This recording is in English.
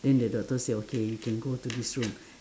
then the doctor said okay you can go to this room